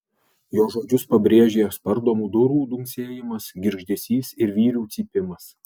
jos žodžius pabrėžė spardomų durų dunksėjimas girgždesys ir vyrių cypimas